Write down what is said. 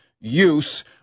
use